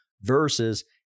versus